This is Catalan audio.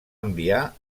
enviar